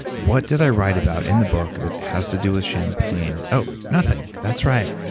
what did i write about in the book that has to do with champagne? oh nothing. that's right.